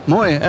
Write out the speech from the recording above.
Mooi